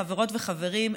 חברות וחברים,